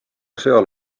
seal